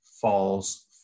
falls